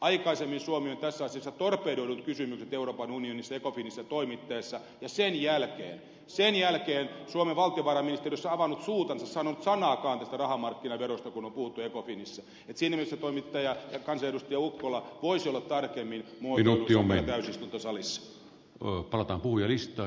aikaisemmin suomi on tässä asiassa torpedoinut kysymykset euroopan unionissa ecofinissa toimittaessa ja sen jälkeen sen jälkeen ei ole suomen valtiovarainministeri avannut suutansa sanonut sanaakaan tästä rahamarkkinaverosta kun on puhuttu ecofinissa että siinä mielessä toimittaja ja kansanedustaja ukkola voisi olla tarkempi muotoilussaan täällä täysistuntosalissa